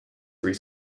three